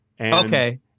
Okay